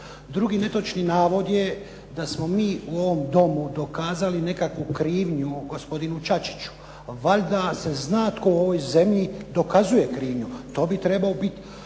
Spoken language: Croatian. Drugi netočni navod je da smo mi u ovom Domu dokazali nekakvu krivnju gospodinu Čačiću. Valjda se zna tko u ovoj zemlji dokazuje krivnju. To bi trebao biti